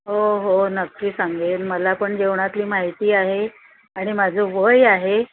हो हो नक्की सांगेल मला पण जेवणातली माहिती आहे आणि माझं वय आहे